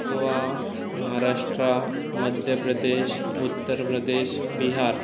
Goa Maharashtra Madhya Pradesh Uttar Pradesh Bihar